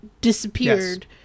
disappeared